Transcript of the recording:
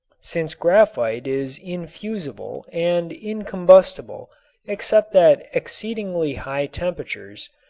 since graphite is infusible and incombustible except at exceedingly high temperatures,